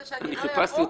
חשבת שאני לא אבוא?